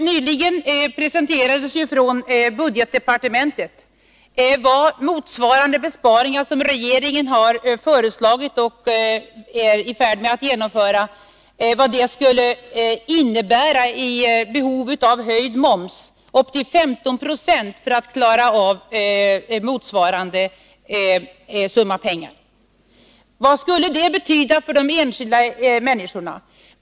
Nyligen presenterade budgetdepartementet vad de besparingar som regeringen har föreslagit och som man är i färd med att genomföra skulle innebära mätt i behovet av höjd moms — upp till 15 90 för att klara av motsvarande summa pengar. Vad skulle det betyda för de enskilda människorna?